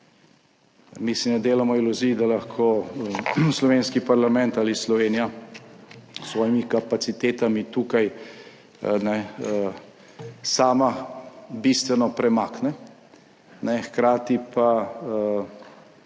Mi si ne delamo iluzij, da lahko slovenski parlament ali Slovenija s svojimi kapacitetami tukaj sama bistveno premakne, hkrati pa zaradi